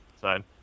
side